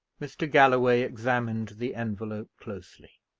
mr. galloway examined the envelope closely.